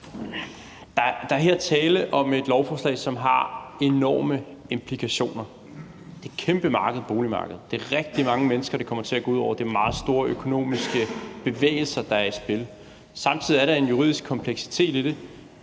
Der er her tale om et lovforslag, som har enorme implikationer. Boligmarkedet er et kæmpe marked. Det er rigtig mange mennesker, det kommer til at gå ud over. Det er meget store økonomiske bevægelser, der er i spil. Samtidig er der en juridisk kompleksitet i det